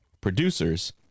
producers